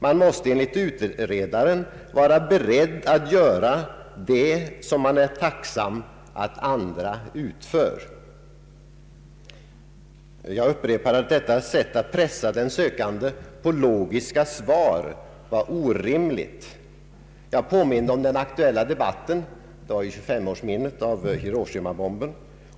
Man måste enligt utredaren vara beredd att göra det som man är tacksam för att andra utför. Jag upprepar att detta sätt att pressa den sökande på logiska svar var orimligt. Jag påminde om den aktuella debatten — det gällde 25-årsminnet av Hiroshimabomben.